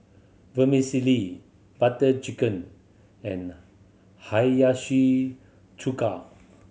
Vermicelli Butter Chicken and Hiyashi Chuka